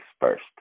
first